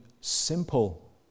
simple